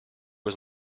was